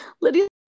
Lydia